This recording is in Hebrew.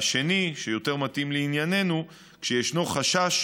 והשני, שהוא יותר מתאים לענייננו, כשיש חשש